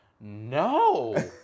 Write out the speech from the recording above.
no